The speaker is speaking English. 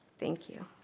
thank you.